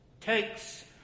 takes